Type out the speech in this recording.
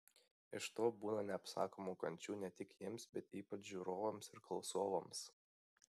iš to būna neapsakomų kančių ne tik jiems bet ypač žiūrovams ir klausovams